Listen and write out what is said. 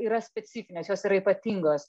yra specifinės jos yra ypatingos